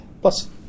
Plus